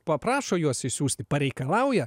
paprašo juos išsiųsti pareikalauja